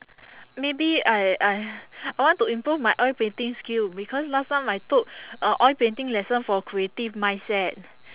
maybe I I I want to improve my oil painting skill because last time I took uh oil painting lesson for creative mindset